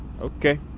Okay